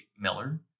miller